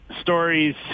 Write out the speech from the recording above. stories